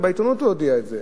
בעיתונות הוא הודיע את זה.